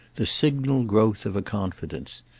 the signal growth of a confidence.